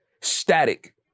static